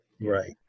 Right